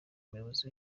umuyobozi